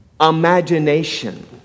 imagination